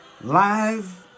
live